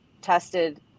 tested